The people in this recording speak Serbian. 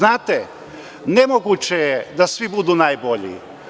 Nemoguće je da svi budu najbolji.